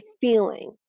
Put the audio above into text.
feeling